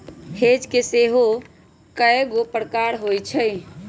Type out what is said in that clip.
hedge के सेहो कएगो प्रकार होइ छै